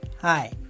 Hi